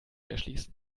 erschließen